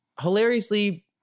hilariously